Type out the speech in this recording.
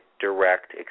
direct